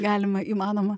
galima įmanoma